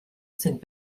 sind